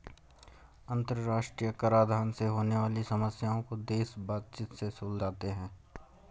अंतरराष्ट्रीय कराधान से होने वाली समस्याओं को देश बातचीत से सुलझाते हैं